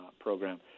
program